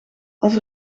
als